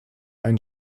einen